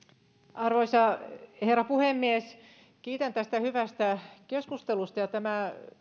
arvoisa herra puhemies kiitän tästä hyvästä keskustelusta tämä